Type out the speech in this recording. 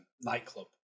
nightclub